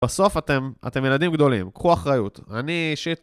בסוף אתם, אתם ילדים גדולים, קחו אחריות. אני אישית...